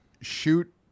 shoot